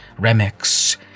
Remix